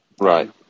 Right